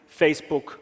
facebook